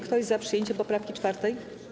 Kto jest za przyjęciem poprawki 4.